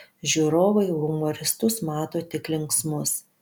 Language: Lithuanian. žiūrovai humoristus mato tik linksmus